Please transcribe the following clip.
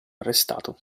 arrestato